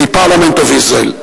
the parliament of Israel.